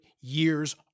years